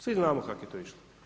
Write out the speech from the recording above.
Svi znamo kako je to išlo.